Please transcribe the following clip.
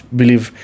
believe